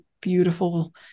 beautiful